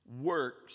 works